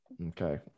Okay